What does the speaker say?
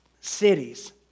cities